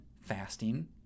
fasting